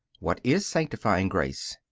what is sanctifying grace?